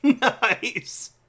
Nice